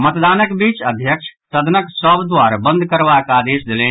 मतदानक बीच अध्यक्ष सदनक सभ द्वार बंद करबाक आदेश देलनि